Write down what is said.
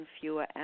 fewer